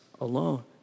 alone